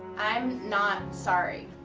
i'm not sorry.